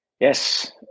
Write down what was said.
Yes